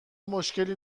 مشکلی